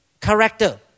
character